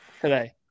today